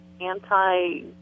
anti